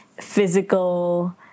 physical